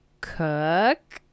cook